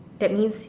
that means